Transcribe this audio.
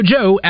Joe